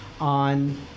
on